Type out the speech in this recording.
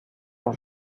pour